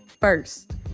first